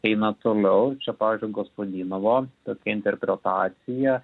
eina toliau čia pavyzdžiui gospadinovo tokia interpretacija